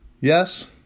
Yes